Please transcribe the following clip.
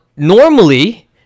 normally